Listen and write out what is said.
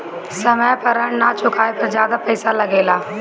समय पर ऋण ना चुकाने पर ज्यादा पईसा लगेला?